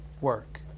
work